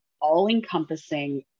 all-encompassing